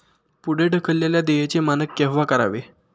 पुढे ढकललेल्या देयचे मानक केव्हा करावे?